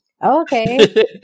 Okay